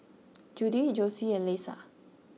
Judy Jossie and Lesa